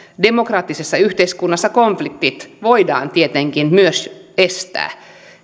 demokraattisessa yhteiskunnassa konfliktit voidaan tietenkin myös estää